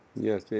Yes